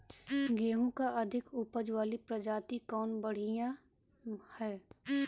गेहूँ क अधिक ऊपज वाली प्रजाति कवन बढ़ियां ह?